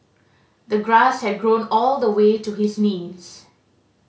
the grass had grown all the way to his knees